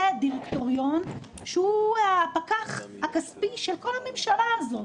זה הדירקטוריון שהוא הפקח הכספי של כל הממשלה הזאת